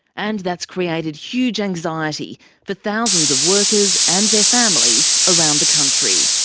and that's created huge anxiety for thousands of workers and their families around the country.